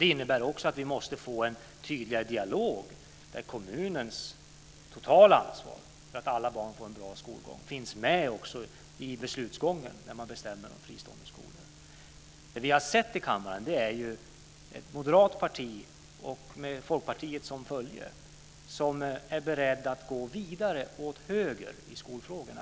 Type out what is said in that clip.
Det innebär också att vi måste få en tydligare dialog, där kommunernas totala ansvar för att alla barn ska få en bra skolgång också finns med i beslutsgången om fristående skolor. Vi har i kammaren sett att ett moderat parti med Folkpartiet i sitt följe är berett att i skolfrågorna gå vidare mot höger.